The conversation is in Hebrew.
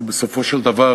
בסופו של דבר